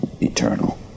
eternal